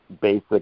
basic